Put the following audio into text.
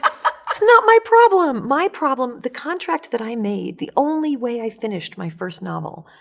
it's not my problem. my problem, the contract that i made, the only way i finished my first novel,